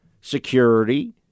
security